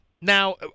Now